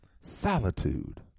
Solitude